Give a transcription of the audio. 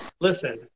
listen